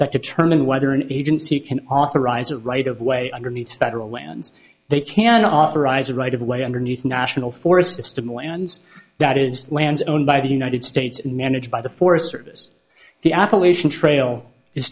that determine whether an agency can authorize a right of way underneath federal lands they can authorize a right of way underneath a national forest system lands that is lands owned by the united states and managed by the forest service the appalachian trail is